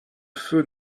feu